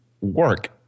work